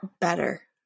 better